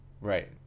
Right